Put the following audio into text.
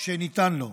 שניתן לו.